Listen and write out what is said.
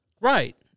Right